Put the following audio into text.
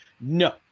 No